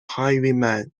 highwayman